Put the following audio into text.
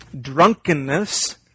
drunkenness